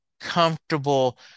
comfortable